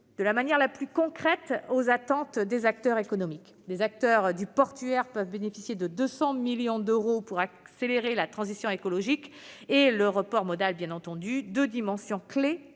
de la manière la plus concrète aux attentes des acteurs économiques. Les acteurs du portuaire peuvent ainsi bénéficier de 200 millions d'euros pour accélérer la transition écologique et le report modal, deux dimensions clés